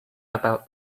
about